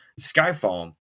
Skyfall